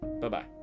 Bye-bye